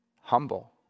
Humble